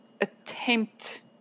attempt